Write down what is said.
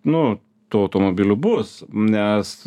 nu tų automobilių bus nes